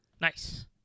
Nice